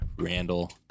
Randall